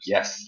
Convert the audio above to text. Yes